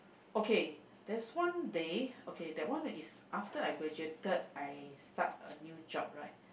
okay that's one day okay that one is after I graduated I start a new job right